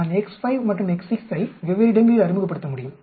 நான் x5 மற்றும் x6 ஐ வெவ்வேறு இடங்களில் அறிமுகப்படுத்த முடியும்